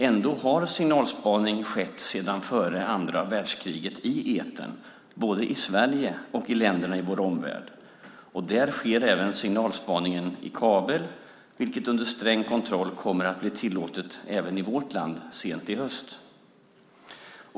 Ändå har signalspaning skett sedan före andra världskriget i etern, både i Sverige och i länderna i vår omvärld. Där sker signalspaningen även i kabel, vilket under sträng kontroll kommer att bli tillåtet även i vårt land sent i höst.